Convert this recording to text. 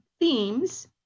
themes